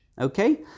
Okay